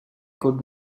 could